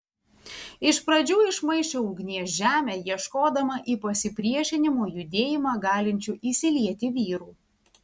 iš pradžių išmaišė ugnies žemę ieškodama į pasipriešinimo judėjimą galinčių įsilieti vyrų